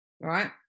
right